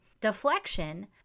deflection